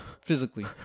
Physically